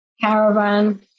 caravan